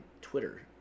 Twitter